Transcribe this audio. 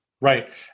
Right